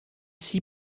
six